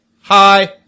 Hi